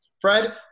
Fred